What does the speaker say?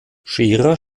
scherer